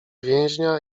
więźnia